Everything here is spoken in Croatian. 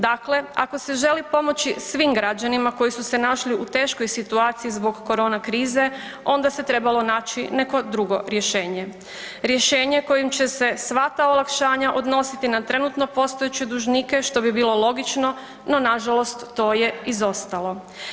Dakle, ako se želi pomoći svim građanima koji su se našli u teškoj situaciji zbog korona krize onda se trebalo naći neko drugo rješenje, rješenje kojim će se sva ta olakšanja odnositi na trenutno postojeće dužnike, što bi bilo logično, no nažalost to je izostalo.